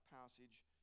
passage